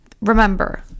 Remember